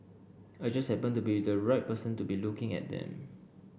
I just happened to be the right person to be looking at them